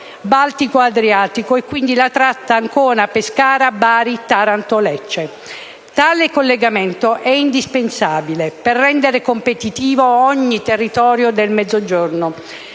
Baltico-Adriatico e quindi della tratta Ancona-Pescara-Bari-Taranto-Lecce. Tale collegamento è indispensabile per rendere competitivo ogni territorio della macroregione